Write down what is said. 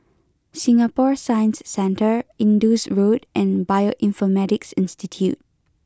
Singapore Science Centre Indus Road and Bioinformatics Institute